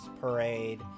parade